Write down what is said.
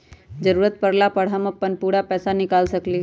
जरूरत परला पर हम अपन पूरा पैसा निकाल सकली ह का?